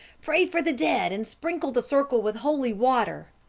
pray for the dead, and sprinkle the circle with holy water.